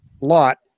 lot